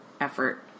effort